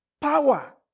Power